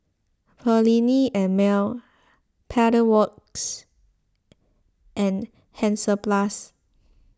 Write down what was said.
Perllini and Mel Pedal Works and Hansaplast